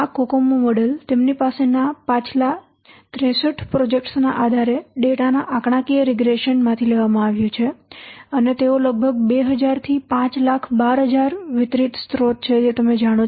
આ COCOMO model તેમની પાસેના પાછલા 63 પ્રોજેક્ટ્સ ના આધારે ડેટાના આંકડાકીય રીગ્રેશન માંથી લેવામાં આવ્યું છે અને તેઓ લગભગ 2000 થી 512000 વિતરિત સ્રોત છે જે તમે જાણો છો